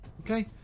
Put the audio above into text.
Okay